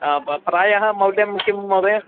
प्रायः मौल्यं किं महोदय